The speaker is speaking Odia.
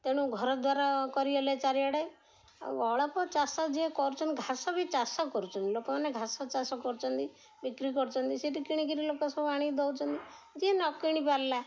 ତେଣୁ ଘରଦ୍ୱାର କରିଗଲେ ଚାରିଆଡ଼େ ଆଉ ଅଳ୍ପ ଚାଷ ଯିଏ କରୁଛନ୍ତି ଘାସ ବି ଚାଷ କରୁଛନ୍ତି ଲୋକମାନେ ଘାସ ଚାଷ କରୁଛନ୍ତି ବିକ୍ରି କରୁଛନ୍ତି ସେଠି କିଣି କରି ଲୋକ ସବୁ ଆଣିକି ଦେଉଛନ୍ତି ଯିଏ ନ କିଣିପାରିଲା